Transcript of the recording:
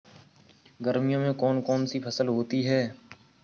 गर्मियों में कौन कौन सी फसल होती है?